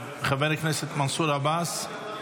חבר הכנסת מנסור עבאס,